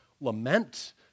lament